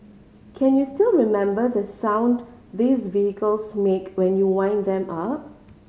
can you still remember the sound these vehicles make when you wind them up